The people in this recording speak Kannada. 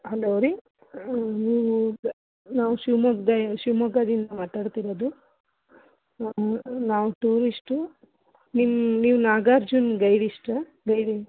ಹಲೋ ರಿ ನೀವು ನಾವು ಶಿವಮೊಗ್ದ ಶಿವಮೊಗ್ಗದಿಂದ ಮಾತಾಡ್ತಿರೋದು ನಾವು ಟೂರಿಸ್ಟು ನಿಮ್ಮ ನೀವು ನಾಗಾರ್ಜುನ್ ಗೈಡಿಸ್ಟಾ ಗೈಡ್